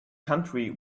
country